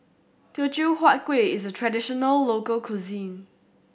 Teochew Huat Kueh is a traditional local cuisine